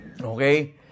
Okay